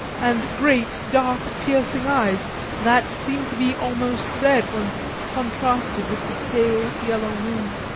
and great dark, piercing eyes that seemed to be almost red when contrasted with the pale yellow moon.